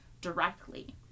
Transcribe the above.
directly